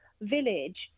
village